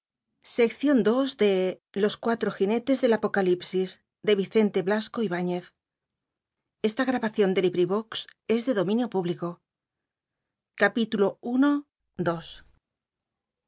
mitad los cuatro jinetes del apocalipsis de